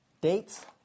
dates